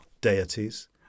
deities